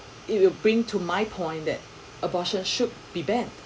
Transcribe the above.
it will bring to my point that abortion should be banned